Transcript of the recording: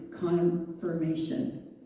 confirmation